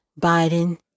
Biden